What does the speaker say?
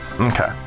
Okay